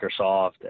Microsoft